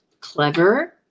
clever